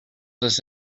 does